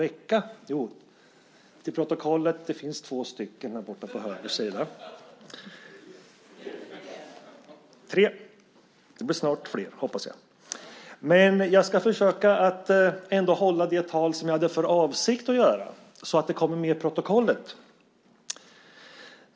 Jo, till protokollet, det finns två stycken här borta på höger sida. Nej, det finns tre. Det blir snart flera, hoppas jag. Men jag ska försöka att hålla det tal som jag hade för avsikt att göra, så att det kommer med i protokollet.